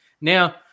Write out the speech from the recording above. Now